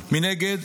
מנגד,